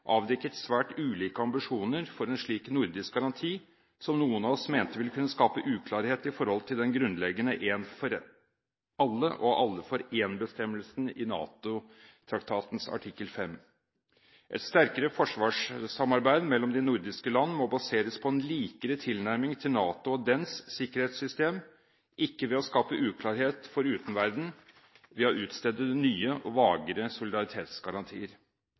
avdekket svært ulike ambisjoner for en slik nordisk garanti, som noen av oss mente ville kunne skape uklarhet i forhold til den grunnleggende én for alle og alle for én-bestemmelsen i NATO-traktatens artikkel 5. Et sterkere forsvarssamarbeid mellom de nordiske land må baseres på en likere tilnærming til NATO og dets sikkerhetssystem, ikke ved å starte uklarhet for utenverden ved å utstede nye og vagere solidaritetsgarantier.